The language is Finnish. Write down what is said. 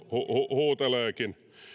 huuteleekin